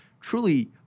truly